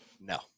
No